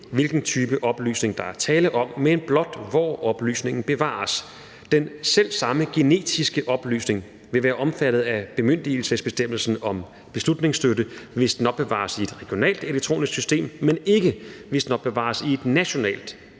hvilken type oplysning der er tale om, men blot, hvor oplysningen bevares. Den selv samme genetiske oplysning vil være omfattet af bemyndigelsesbestemmelsen om beslutningsstøtte, hvis den opbevares i et regionalt elektronisk system, men ikke, hvis den opbevares i et nationalt